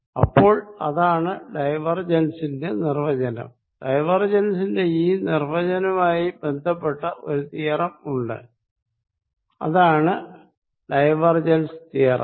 അപ്പോൾ ഡൈവർജൻസിന്റെ നിർവ്വചനം ഇതാണ് ഡൈവർജൻസിന്റെ ഈ നിർവ്വചനവുമായി ബന്ധപ്പെട്ട ഒരു തിയറം ഉണ്ട് അതാണ് ഡൈവർജൻസ് തിയറം